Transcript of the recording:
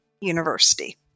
university